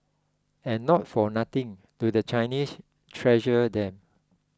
and not for nothing do the Chinese treasure them